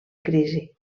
crisi